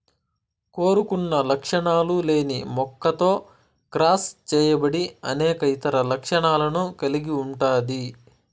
కోరుకున్న లక్షణాలు లేని మొక్కతో క్రాస్ చేయబడి అనేక ఇతర లక్షణాలను కలిగి ఉంటాది